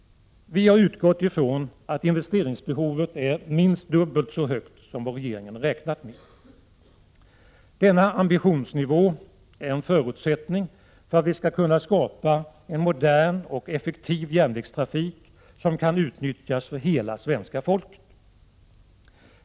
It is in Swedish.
Vi har utgått från att investeringsbehovet är minst dubbelt så högt som vad regeringen räknat med. Denna ambitionsnivå är en förutsättning för att vi skall kunna skapa en modern och effektiv järnvägstrafik som kan utnyttjas av hela svenska folket.